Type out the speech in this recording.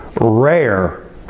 rare